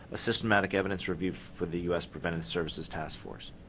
a systematic evidence review for the u s. preventative services task force.